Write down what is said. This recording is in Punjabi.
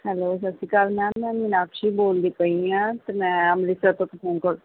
ਹੈਲੋ ਸਤਿ ਸ਼੍ਰੀ ਅਕਾਲ ਮੈਮ ਮੈਂ ਮੀਨਾਕਸ਼ੀ ਬੋਲਦੀ ਪਈ ਹਾਂ ਅਤੇ ਮੈਂ ਅੰਮ੍ਰਿਤਸਰ ਤੋਂ ਪਠਾਨਕੋਟ